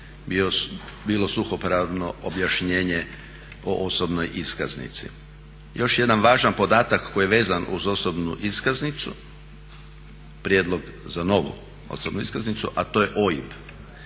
bilo suhoparno objašnjenje o osobnoj iskaznici. Još jedan važan podatak koji je vezan uz osobnu iskaznicu prijedlog za novu osobnu iskaznicu a to je OIB.